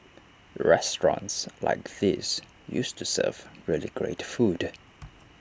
restaurants like these used to serve really great food